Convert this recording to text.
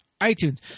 iTunes